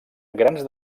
grans